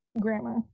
Grammar